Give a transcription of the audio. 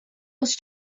was